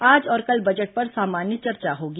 आज और कल बजट पर सामान्य चर्चा होगी